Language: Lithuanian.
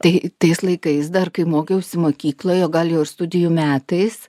tai tais laikais dar kai mokiausi mokykloj o gal jau ir studijų metais